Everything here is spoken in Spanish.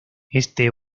este